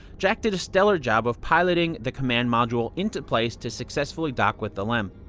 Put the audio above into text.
jack did a stellar job of piloting the command module into place to successfully dock with the lem.